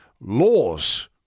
laws